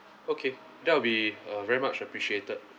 okay that will be uh very much appreciated